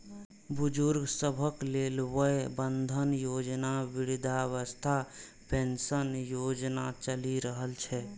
बुजुर्ग सभक लेल वय बंधन योजना, वृद्धावस्था पेंशन योजना चलि रहल छै